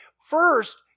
First